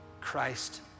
Christ